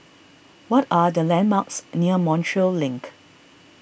what are the landmarks near Montreal Link